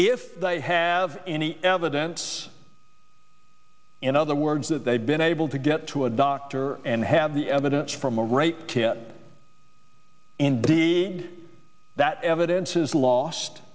if they have any evidence in other words that they've been able to get to a doctor and have the evidence from a rape kit indeed that evidence is lost